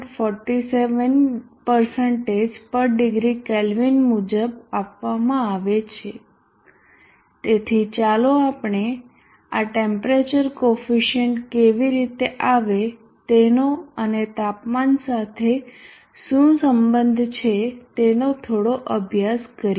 47 પર degree Kelvin મુજબ આપવામાં આવે છે તેથી ચાલો આપણે આ ટેમ્પરેચર કોફિસીયન્ટ કેવી રીતે આવે તેનો અને તાપમાન સાથે શું સંબંધ છે તેનો થોડો અભ્યાસ કરીએ